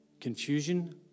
confusion